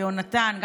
יהונתן ועילי.